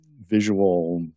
visual